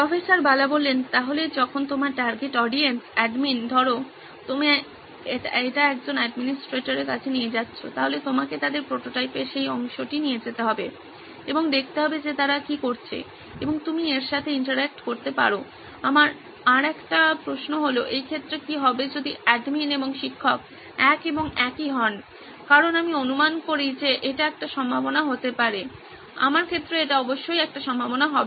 professor Bala সুতরাং যখন তোমার টার্গেট অডিয়েন্স অ্যাডমিন ধরো তুমি এটি একজন অ্যাডমিনিস্ট্রেটরের কাছে নিয়ে যাচ্ছো তাহলে তোমাকে তাদের প্রোটোটাইপের সেই অংশটি নিয়ে যেতে হবে এবং দেখতে হবে যে তারা কি করছে এবং তুমি এর সাথে ইন্টারঅ্যাক্ট করতে পারেন আমার আরেকটি প্রশ্ন হলো এই ক্ষেত্রে কি হবে যদি অ্যাডমিন এবং শিক্ষক এক এবং একই হয় কারণ আমি অনুমান করি যে এটি একটি সম্ভাবনা হতে পারে আমার ক্ষেত্রে এটি অবশ্যই একটি সম্ভাবনা হবে